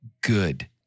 good